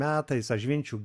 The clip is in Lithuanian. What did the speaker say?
metais ažvinčių